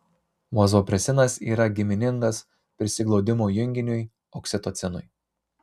vazopresinas yra giminingas prisiglaudimo junginiui oksitocinui